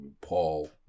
Paul